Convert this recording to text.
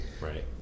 Right